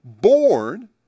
born